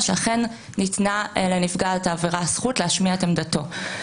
שאכן ניתנה לנפגע העבירה זכות להשמיע את עמדתו.